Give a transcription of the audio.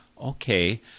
okay—